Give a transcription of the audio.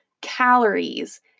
calories